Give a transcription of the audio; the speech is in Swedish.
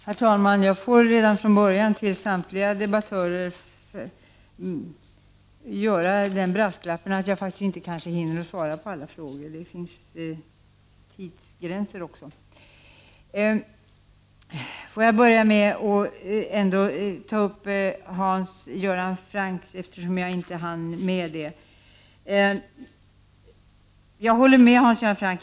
Herr talman! Jag vill redan från början till samtliga debattörer komma med brasklappen att jag faktiskt inte hinner svara på alla frågor — det finns tidsgränser också. Jag börjar med att bemöta Hans Göran Franck, eftersom jag inte hann med att göra det tidigare. Jag håller med Hans Göran Franck.